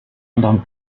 anderem